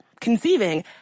conceiving